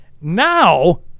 Now